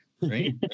right